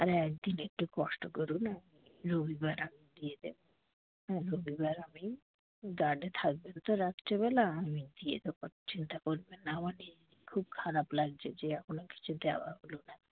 আর একদিন একটু কষ্ট করুন না রবিবার আমি দিয়ে দেবো হ্যাঁ রবিবার আমি গার্ডে থাকবেন তো রাত্রিবেলা আমি দিয়ে দেবো চিন্তা করবেন না মানে খুব খারাপ লাগছে যে এখনও কিছু দেওয়া হলো না